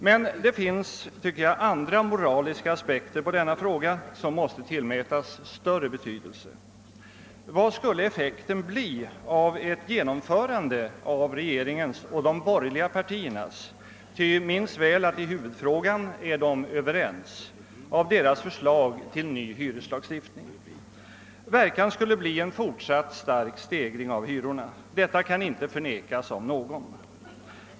Men det finns, tycker jag, andra moraliska aspekter på denna fråga vilka måste tillmätas större betydelse. Vad skulle effekten bli av ett genomförande av regeringens och de borgerliga partiernas — ty minns väl, att i huvudfrågan är de överens! — förslag till ny hyreslagstiftning? Verkan skulle bli en fortsatt stark stegring av hyrorna. Detta kan inte förnekas av någon.